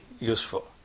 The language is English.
useful